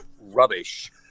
rubbish